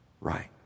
right